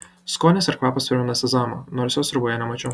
skonis ir kvapas primena sezamą nors jo sriuboje nemačiau